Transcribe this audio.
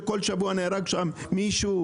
כשבכל שבוע נהרג שם מישהו?